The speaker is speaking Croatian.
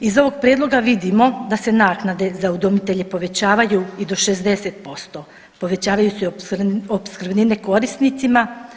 Iz ovog prijedloga vidimo da se naknade za udomitelje povećavaju i do 60%, povećavaju se i opskrbnine korisnicima.